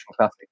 classic